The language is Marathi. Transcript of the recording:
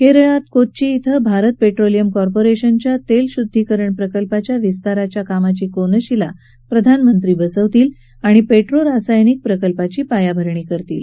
केरळात कोच्ची कें भारत पेट्रोलियम कॉपोरेशनच्या तेलशुद्धिकरण प्रकल्पाच्या विस्ताराच्या कामाची कोनशिला प्रधानमंत्री बसवतील आणि पेट्रोरासायनिक प्रकल्पाची पायाभरणी करतील